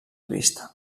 vista